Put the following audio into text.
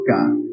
God